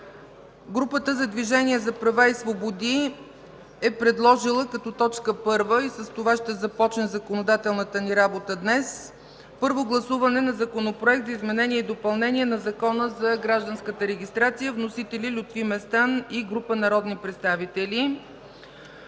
Групата на „Движение за права и свободи” е предложила като точка първа, и с това ще започне законодателната ни работа днес – първо гласуване на Законопроекта за изменение и допълнение на Закона за гражданската регистрация. Вносители са Лютви Местан и група народни представители.